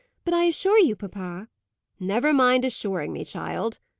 but i assure you, papa never mind assuring me, child,